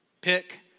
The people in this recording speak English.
pick